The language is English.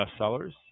bestsellers